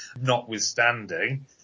Notwithstanding